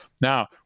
Now